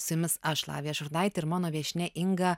su jumis aš lavija šurnaitė ir mano viešnia inga